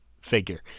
figure